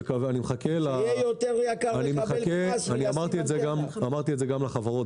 שיהיה יותר יקר לקבל --- אמרתי את זה גם לחברות